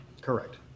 Correct